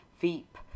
Veep